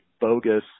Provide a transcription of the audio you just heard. bogus